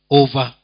over